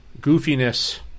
goofiness